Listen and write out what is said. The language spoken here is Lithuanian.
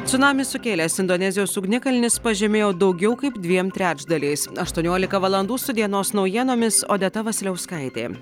cunamį sukėlęs indonezijos ugnikalnis pažemėjo daugiau kaip dviem trečdaliais aštuoniolika valandų su dienos naujienomis odeta vasiliauskaitė